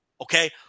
Okay